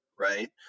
right